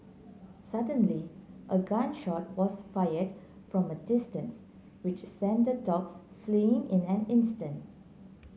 suddenly a gun shot was fired from distance which sent dogs fleeing in an instant